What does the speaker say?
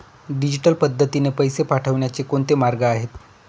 Digital पद्धतीने पैसे पाठवण्याचे कोणते मार्ग आहेत?